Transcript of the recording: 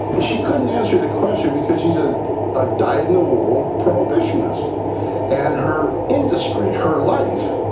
she couldn't answer the question because she's a ah dyed-in-the-wool prohibitionist and her industry her life,